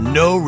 no